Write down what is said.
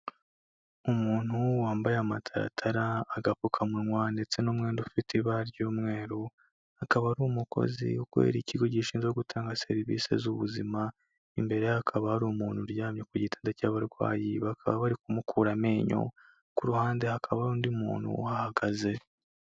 Umuntu wambaye amataratara agapfukamunwa ndetse n'umwenda ufite ibara ry'umweru, akaba ari umukozi ukorera ikigo gishinzwe gutanga serivise z'ubuzima, imbere ye hakaba hari umuntu uryamye ku gitanda cy'abarwayi bakaba bari kumukura amenyo, ku ruhande hakaba hari undi muntu uhahagaze.